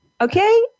Okay